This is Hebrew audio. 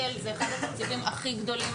זה אחד התקציבים הכי גדולים,